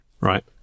right